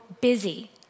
busy